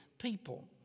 people